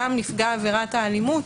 גם נפגע עבירת האלימות,